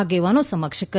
આગેવાનો સમક્ષ કરી